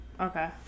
Okay